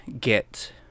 get